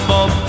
Bob